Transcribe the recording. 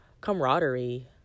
camaraderie